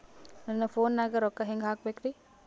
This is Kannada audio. ನನ್ನ ಫೋನ್ ನಾಗ ರೊಕ್ಕ ಹೆಂಗ ಹಾಕ ಬೇಕ್ರಿ?